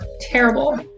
Terrible